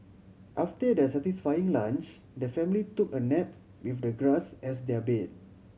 after their satisfying lunch the family took a nap with the grass as their bed